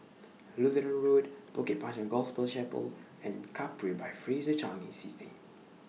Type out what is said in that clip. Lutheran Road Bukit Panjang Gospel Chapel and Capri By Fraser Changi City